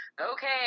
okay